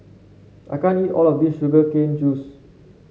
I can't eat all of this Sugar Cane Juice